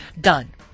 Done